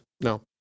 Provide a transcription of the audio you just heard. No